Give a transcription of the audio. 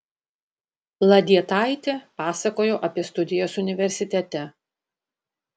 ladietaitė pasakojo apie studijas universitete